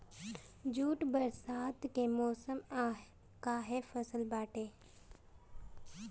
jute बरसात के मौसम कअ फसल बाटे